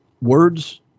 Words